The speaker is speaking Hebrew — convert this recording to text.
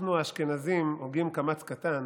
אנחנו האשכנזים הוגים קמץ קטן,